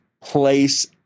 place